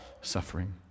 suffering